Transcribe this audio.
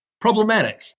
Problematic